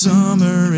Summer